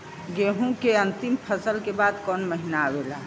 गेहूँ के अंतिम फसल के बाद कवन महीना आवेला?